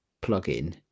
plug-in